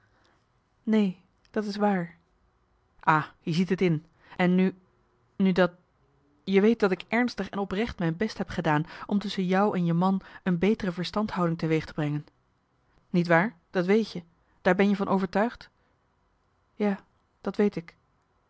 neen dat is waar a zie je t in en nu nu dat je weet dat ik ernstig en oprecht mijn best heb gedaan om tusschen jou en je man een betere verstandhouding te weeg te brengen niet waar dat weet je daar ben je van overtuigd ja dat weet ik